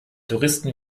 touristen